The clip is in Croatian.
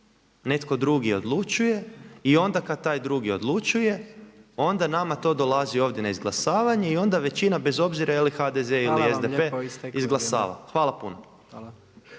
netko drugi odlučuje. I onda kada taj drugi odlučuje, onda nama to dolazi ovdje na izglasavanje i onda većina bez obzira je li … …/Upadica Jandroković: Hvala vam